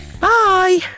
bye